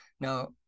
now